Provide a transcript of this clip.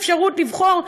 האפשרות לבחור,